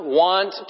want